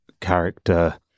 character